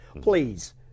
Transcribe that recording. Please